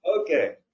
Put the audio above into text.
Okay